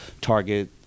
target